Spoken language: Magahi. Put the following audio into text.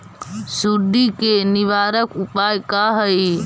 सुंडी के निवारक उपाय का हई?